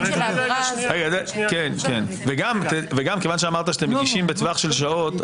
של העבירה --- וגם כיוון שאמרתם שאתם מגישים בטווח של שעות,